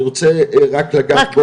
אני רוצה רק לגעת בעוד דבר אחד.